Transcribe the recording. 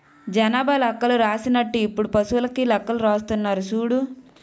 జనాభా లెక్కలు రాసినట్టు ఇప్పుడు పశువులకీ లెక్కలు రాస్తున్నారు సూడు